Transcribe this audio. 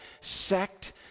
sect